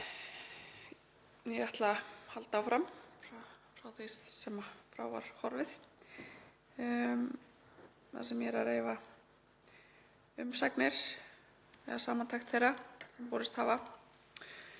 Ég ætla að halda áfram þar sem frá var horfið þar sem ég var að reifa umsagnir eða samantekt umsagna sem borist hafa